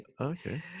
Okay